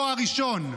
נאור שירי,